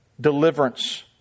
deliverance